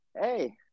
Hey